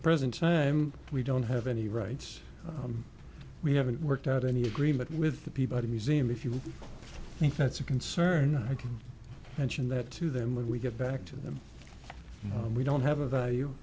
present time we don't have any rights we haven't worked out any agreement with the peabody museum if you think that's a concern i can mention that to them when we get back to them and we don't have a value